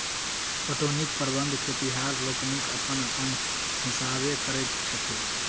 पटौनीक प्रबंध खेतिहर लोकनि अपन अपन हिसाबेँ करैत छथि